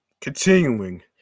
Continuing